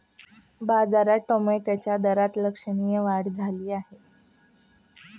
बाजारात टोमॅटोच्या दरात लक्षणीय वाढ झाली आहे